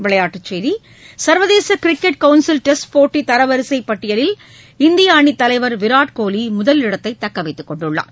விளையாட்டுச் செய்திகள் சர்வதேச கிரிக்கெட் கவுன்சில் டெஸ்ட் போட்டி தரவரிசை பட்டியலில் இந்திய அனித் தலைவர் விராட் கோலி முதலிடத்தை தக்க வைத்துக்கொண்டுள்ளார்